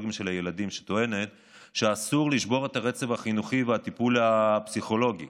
שטעונת שאסור לשבור את הרצף החינוכי והטיפול הפסיכולוגי